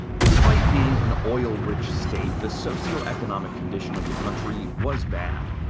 despite being an oil-rich state, the socio-economic condition of the country was bad.